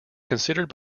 considered